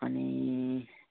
अनि